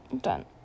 done